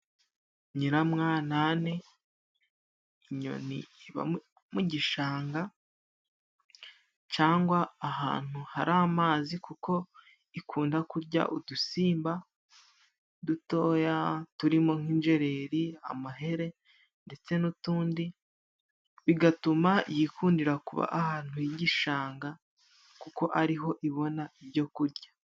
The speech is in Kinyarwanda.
Nyiramwanani inyoni iba mu gishanga cangwa ahantu hari amazi, kuko ikunda kurya udusimba dutoya turimo nk'injereri, amahere ndetse n'utundi, bigatuma yikundira kuba ahantu h'igishanga kuko ari ho ibona ibyo kurya.